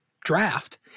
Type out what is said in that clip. draft